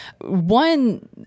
one